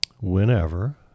whenever